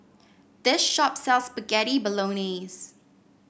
this shop sells Spaghetti Bolognese